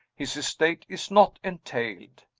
his estate is not entailed.